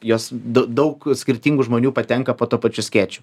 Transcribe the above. jos daug skirtingų žmonių patenka po tuo pačiu skėčiu